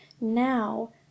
now